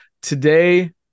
Today